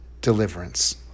deliverance